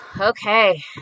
Okay